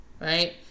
right